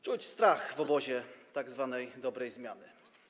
Czuć strach w obozie tzw. dobrej zmiany.